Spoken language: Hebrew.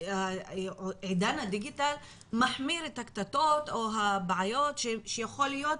שהתקשורת ועידן הדיגיטל מחמיר את הקטטות או הבעיות שיכולות להיות,